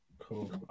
cool